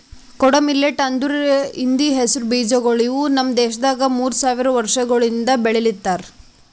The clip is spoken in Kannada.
ಕೊಡೋ ಮಿಲ್ಲೆಟ್ ಅಂದುರ್ ಹಿಂದಿ ಹೆಸರು ಬೀಜಗೊಳ್ ಇವು ನಮ್ ದೇಶದಾಗ್ ಮೂರು ಸಾವಿರ ವರ್ಷಗೊಳಿಂದ್ ಬೆಳಿಲಿತ್ತಾರ್